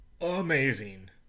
amazing